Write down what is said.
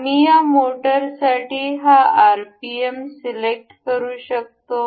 आम्ही या मोटरसाठी हा आरपीएम सिलेक्ट करू शकतो